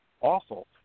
awful